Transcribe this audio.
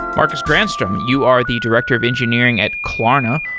marcus granstrom, you are the director of engineering at klarna.